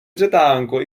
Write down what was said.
vřetánko